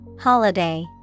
Holiday